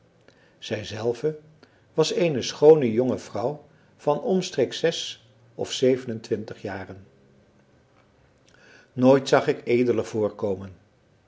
zij zelve was eene schoone jonge vrouw van omstreeks zesof zevenentwintig jaren nooit zag ik edeler voorkomen